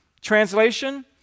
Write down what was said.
Translation